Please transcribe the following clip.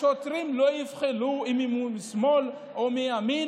השוטרים לא יבחנו אם הוא משמאל או מימין,